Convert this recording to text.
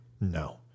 No